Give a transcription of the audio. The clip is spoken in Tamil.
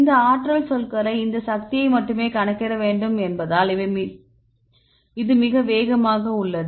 இந்த ஆற்றல் சொற்களை இந்த சக்தியை மட்டுமே கணக்கிட வேண்டும் என்பதால் இது மிக வேகமாக உள்ளது